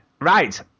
Right